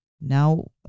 Now